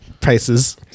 prices